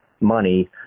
money